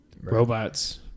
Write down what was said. robots